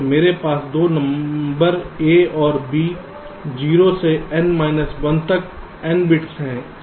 तो मेरे पास 2 नंबर A और B 0 से n माइनस 1 तक n बिट्स हैं